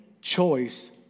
choice